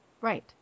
right